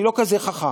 אני לא כזה חכם,